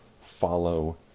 Follow